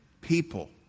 people